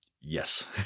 Yes